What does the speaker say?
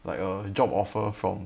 like a job offer from